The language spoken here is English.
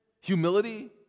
humility